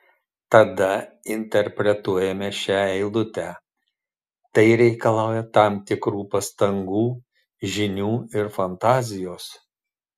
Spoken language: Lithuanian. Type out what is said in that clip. tada interpretuojame šią eilutę tai reikalauja tam tikrų pastangų žinių ir fantazijos